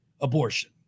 abortion